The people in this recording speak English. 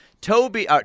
Toby –